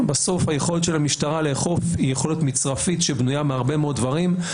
בסוף היכולת של המשטרה לאכוף היא יכולת מצרפית שבנויה מהרבה מאוד דברים,